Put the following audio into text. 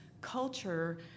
culture